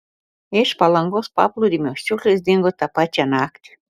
iš palangos paplūdimio šiukšlės dingo tą pačią naktį